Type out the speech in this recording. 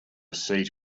seat